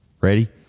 Ready